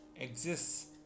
exists